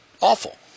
awful